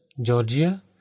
Georgia